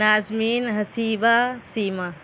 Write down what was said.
Nazmeen Haseeba Seema